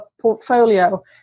portfolio